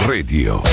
Radio